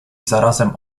zarazem